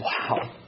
wow